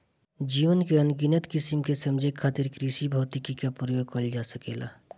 जीवन के अनगिनत किसिम के समझे खातिर कृषिभौतिकी क प्रयोग कइल जा सकेला